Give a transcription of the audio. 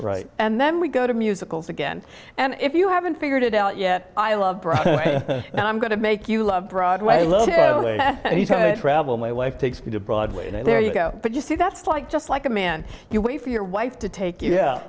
right and then we go to musicals again and if you haven't figured it out yet i love and i'm going to make you love broadway love to travel my wife takes me to broadway and there you go but you see that's like just like a man you wait for your wife to take y